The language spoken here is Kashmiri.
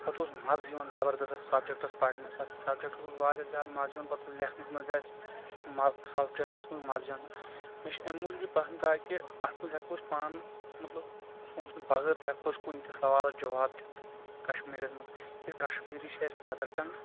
پتہٕ اوس مزٕ یِوان زبردس اَتھ سبجیکٹس پرنس اَتھ سبجیکٹس اوس واریاہ زیٛادٕ مزٕ یِوان پتہٕ اوس لیٚکھنس منٛز تہِ اَسہِ سبجیکٹس منٛز مزٕ یِوان مےٚ چھ امہِ موجوٗب یہِ پسند تاکہ اَتھ منٛز ہیٚکو أسۍ پانہٕ مطلب سونٛچہٕ بغٲر تہِ ہیٚکو أسۍ کُنہِ تہِ سوالس جواب دِتھ کشمیٖریس منٛز تِکیٛازِ کشمیٖری چھ اَسہِ مدر ٹنٛگ